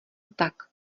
tak